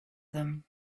them